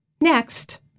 next